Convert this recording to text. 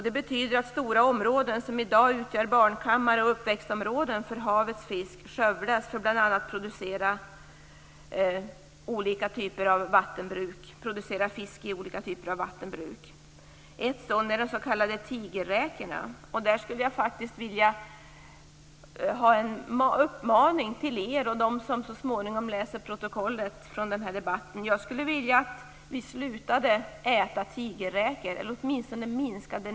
Det betyder att stora områden som i dag utgör barnkammare och uppväxtområden för havets fisk skövlas för bl.a. produktion av fisk i olika typer av vattenbruk. Ett exempel är de s.k. tigerräkorna. Jag skulle vilja uppmana kammarens ledamöter och de som läser protokollet från denna debatt att sluta äta tigerräkor, eller åtminstone äta mindre av dem.